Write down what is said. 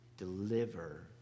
Deliver